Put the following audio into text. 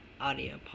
audio